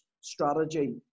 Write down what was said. strategy